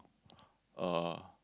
uh